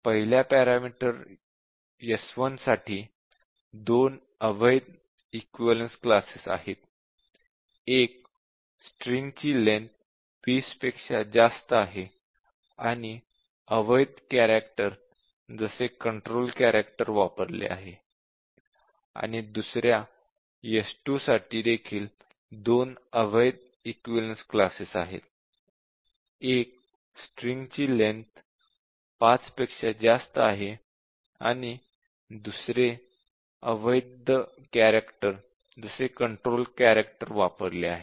पहिल्या parameter s1 साठी दोन अवैध इक्विवलेन्स क्लासेस आहेत एक स्ट्रिंग ची लेंथ 20 पेक्षा जास्त आहे आणि अवैध कॅरॅक्टर जसे कंट्रोल कॅरॅक्टर वापरले आहे आणि दुसर्या पॅरामीटर s२ साठी देखील दोन अवैध इक्विवलेन्स क्लासेस आहेत एक स्ट्रिंग ची लेंथ ५ पेक्षा जास्त आहे आणि दुसरे अवैध कॅरॅक्टर जसे कंट्रोल कॅरॅक्टर वापरले आहे